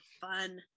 fun